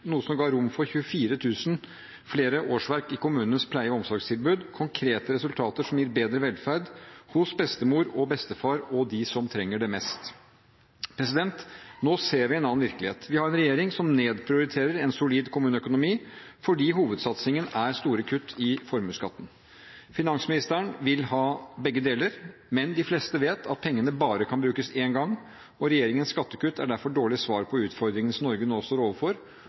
noe som ga rom for 24 000 flere årsverk i kommunenes pleie- og omsorgstilbud – konkrete resultater, som gir bedre velferd for bestemor og bestefar og for dem som trenger det mest. Nå ser vi en annen virkelighet. Vi har en regjering som nedprioriterer en solid kommuneøkonomi, fordi hovedsatsingen er store kutt i formuesskatten. Finansministeren vil ha begge deler, men de fleste vet at pengene bare kan brukes én gang. Regjeringens skattekutt er derfor et dårlig svar på utfordringene Norge nå står overfor.